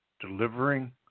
delivering